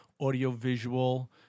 audiovisual